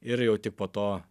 ir jau tik po to